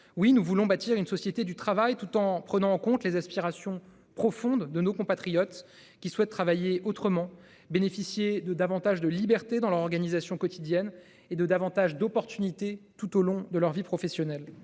oui nous voulons bâtir une société du travail tout en prenant en compte les aspirations profondes de nos compatriotes qui souhaite travailler autrement, bénéficier de davantage de liberté dans l'organisation quotidienne et de davantage d'opportunités tout au long de leur vie professionnelle,